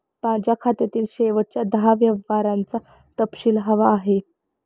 माझ्या खात्यातील शेवटच्या दहा व्यवहारांचा तपशील हवा आहे